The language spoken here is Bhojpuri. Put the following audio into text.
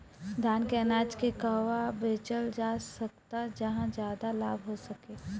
धान के अनाज के कहवा बेचल जा सकता जहाँ ज्यादा लाभ हो सके?